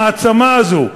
המעצמה הזאת,